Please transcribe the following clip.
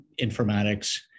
informatics